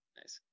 nice